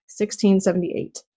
1678